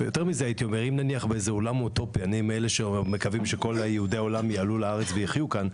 אני מאלה מקווים שכל יהודי העולם יעלו לארץ ויחיו כאן,